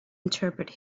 interpret